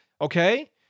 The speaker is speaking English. Okay